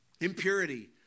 impurity